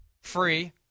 free